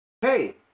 Hey